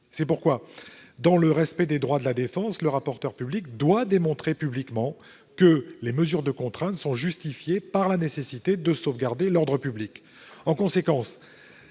C'est pourquoi, dans le respect des droits de la défense, le rapporteur public doit démontrer publiquement que les mesures de contrainte sont justifiées par la nécessité de sauvegarder l'ordre public. En conséquence,